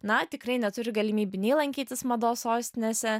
na tikrai neturi galimybių nei lankytis mados sostinėse